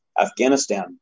Afghanistan